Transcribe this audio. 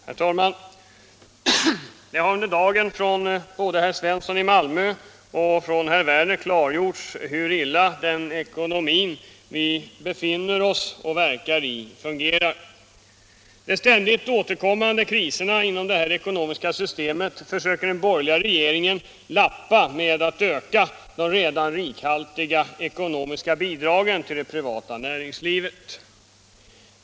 Herr talman! Det har under dagen från både herr Svensson i Malmö och herr Werner klargjorts hur illa den ekonomi fungerar som vi befinner oss i och verkar i. De ständigt återkommande kriserna inom detta ekonomiska system försöker den borgerliga regeringen lappa med att öka de redan rikhaltiga ekonomiska bidragen till det privata näringslivet.